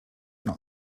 not